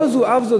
לא זו אף זו,